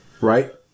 right